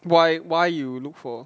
why why you look for